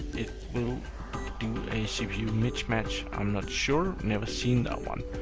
it will do a cpu mismatch. i'm not sure. never seen that one.